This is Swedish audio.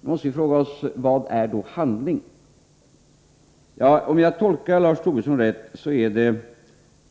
Då måste vi fråga oss: Vad är handling? Om jag tolkar Lars Tobisson rätt är det